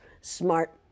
smart